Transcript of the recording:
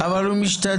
כן, אבל הוא משתדל.